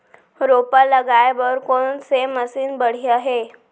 रोपा लगाए बर कोन से मशीन बढ़िया हे?